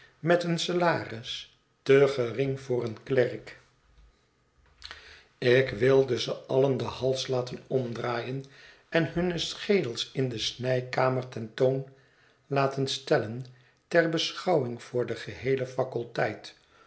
met een salaris te gering voor een klerk ik wilde ze allen den hals laten omdraaien en hunne schedels in de snijkamer ten toon laten stellen ter beschouwing voor de geheele faculteit